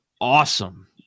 awesome